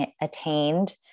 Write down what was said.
attained